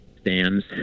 stands